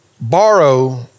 borrow